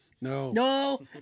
No